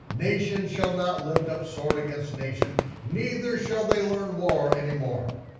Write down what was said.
nation shall not lift up sword against nation, neither shall they learn war anymore.